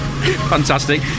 Fantastic